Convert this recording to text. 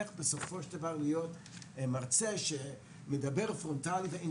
בסופו של דבר אתה הופך להיות מרצה שמדבר פרונטלית ואין